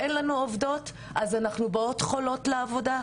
אין לנו עובדות אז אנחנו באות חולות לעבודה,